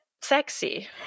sexy